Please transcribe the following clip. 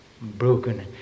broken